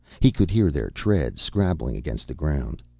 he could hear their treads scrabbling against the ground.